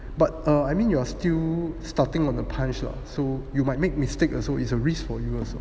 but err I mean you are still starting on the punch lah so you might make mistake also it's a risk for you also